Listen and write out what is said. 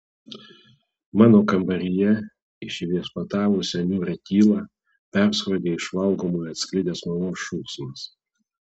mano kambaryje įsiviešpatavusią niūrią tylą perskrodė iš valgomojo atsklidęs mamos šūksmas